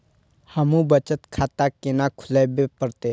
हमू बचत खाता केना खुलाबे परतें?